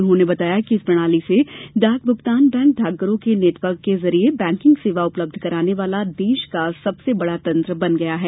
उन्होंने बताया कि इस प्रणाली से डाक भुगतान बैंक डाकघरों के नेटवर्क के जरिए बैंकिग सेवा उपलब्ध कराने वाला देश का सबसे बड़ा तंत्र बन गया है